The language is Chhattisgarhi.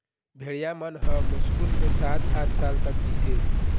भेड़िया मन ह मुस्कुल ले सात, आठ साल तक जीथे